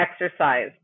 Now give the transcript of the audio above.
exercise